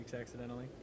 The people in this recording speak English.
accidentally